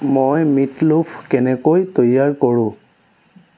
মই মিটলোফ কেনেকৈ তৈয়াৰ কৰোঁ